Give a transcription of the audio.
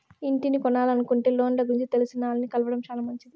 ఇంటిని కొనలనుకుంటే లోన్ల గురించి తెలిసినాల్ని కలవడం శానా మంచిది